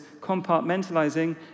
compartmentalizing